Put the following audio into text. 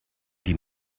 die